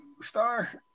star